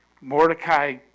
Mordecai